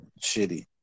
shitty